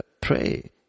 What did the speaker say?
pray